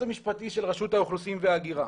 המשפטי של רשות האוכלוסין וההגירה